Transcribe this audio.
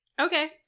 Okay